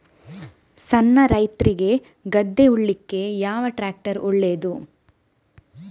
ಸಣ್ಣ ರೈತ್ರಿಗೆ ಗದ್ದೆ ಉಳ್ಳಿಕೆ ಯಾವ ಟ್ರ್ಯಾಕ್ಟರ್ ಒಳ್ಳೆದು?